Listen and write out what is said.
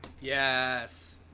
Yes